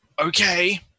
Okay